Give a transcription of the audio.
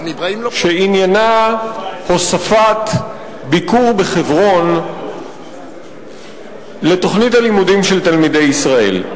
שעניינה הוספת ביקור בחברון לתוכנית הלימודים של תלמידי ישראל.